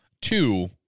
Two